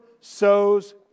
sows